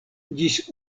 ĝis